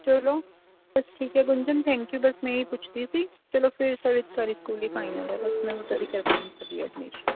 ਚਲੋ ਬਸ ਠੀਕ ਹੈ ਗੁੰਜਨ ਥੈਂਕ ਯੂ ਬਸ ਮੈਂ ਇਹੀ ਪੁੱਛਦੀ ਸੀ ਚਲੋ ਫੇਰ ਸਰਵਿਸਕਾਰੀ ਸਕੂਲ ਹੀ ਫਾਈਨਲ ਹੈ ਬਸ ਮੈਂ ਓਧਰ ਹੀ ਕਰਵਾਉਣ ਚੱਲੀ ਹਾਂ ਅਡਮੀਸ਼ਨ